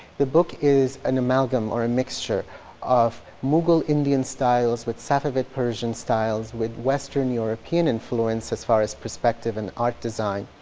the book is an amalgam or a mixture of mughal indian styles with safavid persian styles with western european influence as far as perspective and art design.